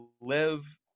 live